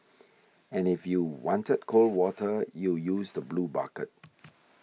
and if you wanted cold water you use the blue bucket